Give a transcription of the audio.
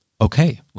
okay